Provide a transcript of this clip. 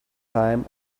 time